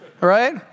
Right